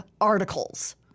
articles